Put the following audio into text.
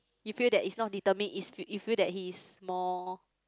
you feel that it's not determine it's you feel that he is more